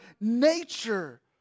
nature